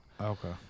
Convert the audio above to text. Okay